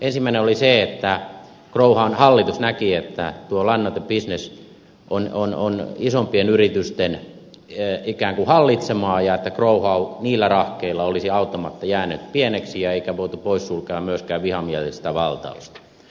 ensimmäinen oli se että growhown hallitus näki että lannoitebisnes on isompien yritysten hallitsemaa ja että growhow niillä rahkeilla olisi auttamatta jäänyt pieneksi eikä voitu pois sulkea myöskään vihamielistä valtausta